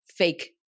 fake